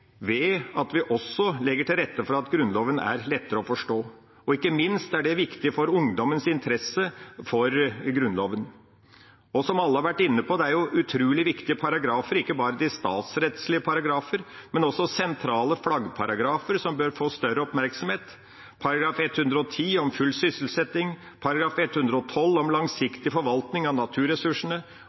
ved at vi også legger til rette for at Grunnloven er lettere å forstå. Ikke minst er det viktig for ungdommens interesse for Grunnloven. Som alle har vært inne på: Det er utrolig viktige paragrafer – ikke bare de statsrettslige paragrafer, men også sentrale flaggparagrafer som bør få større oppmerksomhet, § 110 om full sysselsetting og § 112 om langsiktig forvaltning av naturressursene.